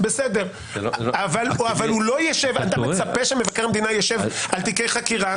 אתה מצפה שמבקר המדינה יישב על תיקי חקירה?